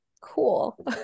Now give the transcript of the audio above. Cool